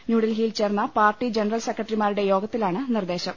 ന്യൂഡൽഹിയിൽ ചേർന്ന party general സെക്രട്ടറിമാരുടെ യോഗത്തി ലാണ് നിർദ്ദേശം